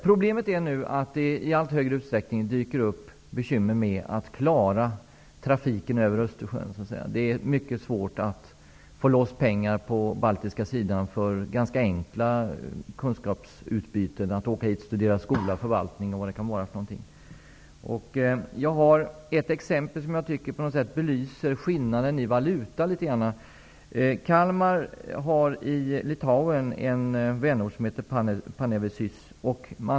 Problemet är att det nu i allt större utsträckning dyker upp bekymmer med att klara trafiken över Östersjön. Det är mycket svårt att få loss pengar på den baltiska sidan för ganska enkla kunskapsutbyten, exempelvis för att åka dit och studera skola och förvaltning. Jag har ett exempel som jag tycker litet grand belyser skillnaden i valuta. Kalmar har i Litauen en vänort som heter Panevezys.